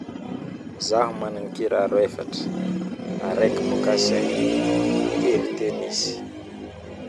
zaho managna kiraro efatra araiky mikasin telo tenis